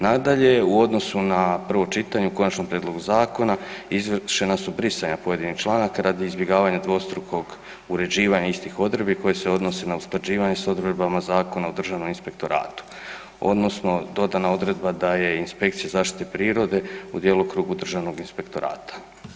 Nadalje, u odnosu na prvo čitanje u konačnom prijedlogu zakona, izvršena su brisanja pojedinih članaka radi izbjegavanja radi izbjegavanja dvostrukog uređivanja istih odredbi koje se odnose na usklađivanje s odredbama Zakona o Državnom inspektoratu odnosno dodana odredba da je inspekcija zaštite prirode u djelokrugu Državnog inspektorata.